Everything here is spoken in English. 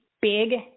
big